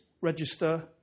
register